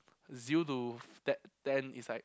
zero to f~ ten ten is like